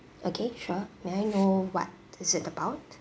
okay sure may I know what is it about